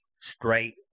straight